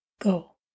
go